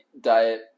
diet